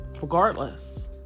regardless